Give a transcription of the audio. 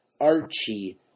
Archie